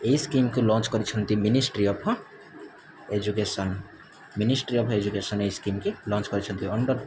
ଏହି ସ୍କିମ୍କି ଲଞ୍ଚ୍ କରିଛନ୍ତି ministry of education ministry of education ଏହି ସ୍କିମ୍କି ଲଞ୍ଚ୍ କରିଛନ୍ତି ଅଣ୍ଡର୍